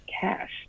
cash